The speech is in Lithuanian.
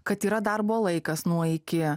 kad yra darbo laikas nuo iki